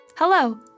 Hello